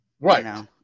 Right